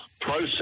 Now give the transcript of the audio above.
process